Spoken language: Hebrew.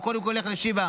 הוא קודם כל ילך לשיבא.